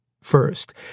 First